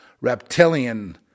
reptilian